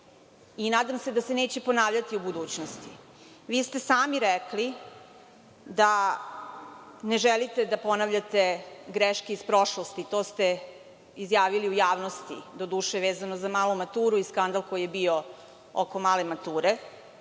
Nadam se da se neće ponavljati u budućnosti. Vi ste sami rekli da ne želite da ponavljate greške iz prošlosti. To ste izjavili u javnosti, doduše vezano za malu maturu i skandal koji je bio oko male mature.